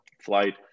flight